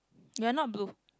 you're not blue